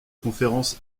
conférence